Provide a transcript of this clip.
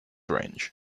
range